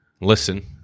listen